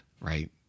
right